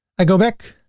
i go back.